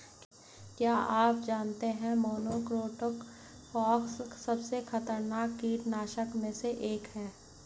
क्या आप जानते है मोनोक्रोटोफॉस सबसे खतरनाक कीटनाशक में से एक है?